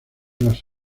las